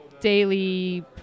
daily